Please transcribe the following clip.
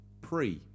pre